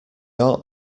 ought